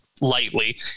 lightly